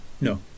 No